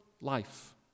life